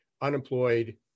unemployed